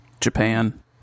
japan